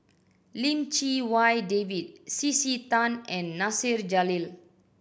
Lim Chee Wai David C C Tan and Nasir Jalil